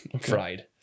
fried